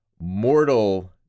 mortal